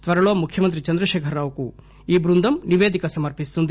త్వరలో ముఖ్యమంత్రి చంద్రశేఖరరావుకు ఈ బృందం నిపేదిక సమర్పిస్తుంది